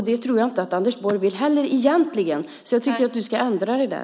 Det tror jag inte att Anders Borg heller egentligen vill. Jag tycker att han ska ändra sig där.